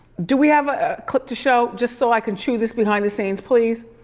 do we have a clip to show? just so i can chew this behind the scenes, please.